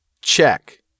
check